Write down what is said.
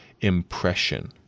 impression